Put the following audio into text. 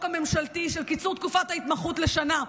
הממשלתי של קיצור תקופת ההתמחות לשנה.